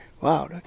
Wow